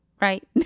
right